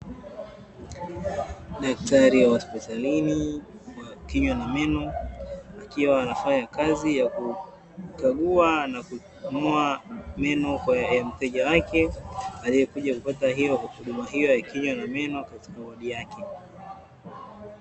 Daktari wa hospitalini, wa kinywa na meno, akiwa anafanya kazi ya kukagua na kung'oa meno ya mteja wake, aliyekuja kupata huduma hiyo ya kinywa na meno katika wodi yake.